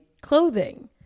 clothing